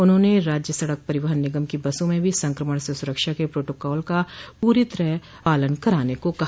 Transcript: उन्होंने राज्य सड़क परिवहन निगम की बसों में भी संक्रमण से सुरक्षा के प्रोटोकाल का पूरी तरह पालन कराने को कहा